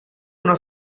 una